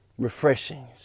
refreshings